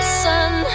sun